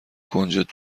کنجد